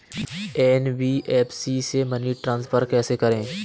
NBFC से money transfer कैसे करें?